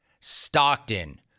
Stockton